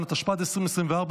התשפ"ג 2022,